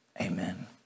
amen